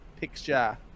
picture